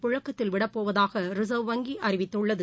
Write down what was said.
பழக்கத்தில் விடப்போவதாகரிசர்வ் வங்கிஅறிவித்துள்ளது